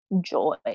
joy